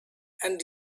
and